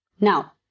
Now